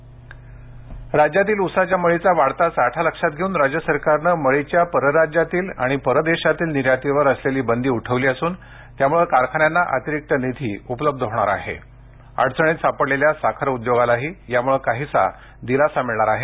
उस मळी राज्यातील उसाच्या मळीचा वाढता साठा लक्षात घेऊन राज्य सरकारने मळीच्या परराज्यातील आणि परदेशातील निर्यातीवर असलेली बंदी उठवली असून त्यामुळं कारखान्यांना अतिरिक्त निधी उपलब्ध होणार असून अडचणीत सापडलेल्या साखर उद्योगालाही त्यामुळं काहीसा दिलासा मिळणार आहे